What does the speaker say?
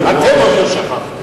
אתם עוד לא שכחתם.